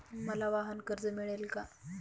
मला वाहनकर्ज मिळेल का?